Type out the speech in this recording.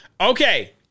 okay